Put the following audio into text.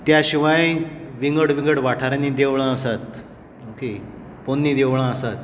त्या शिवाय विंगड विंगड वाठारांनीं देवळां आसात पोरणी देवळां आसात